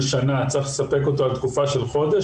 שנה צריך לספק אותו בתוך תקופה של חודש,